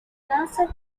acid